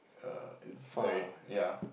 err it's very ya